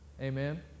Amen